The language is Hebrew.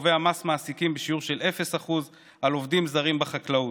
הקובע מס מעסיקים בשיעור של 0% על עובדים זרים בחקלאות.